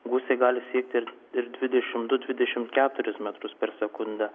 gūsiai gali siekti ir dvidešimt du dvidešimt keturis metrus per sekundę